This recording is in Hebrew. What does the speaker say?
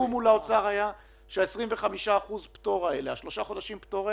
כספים לדוגמה